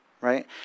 right